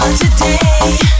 Today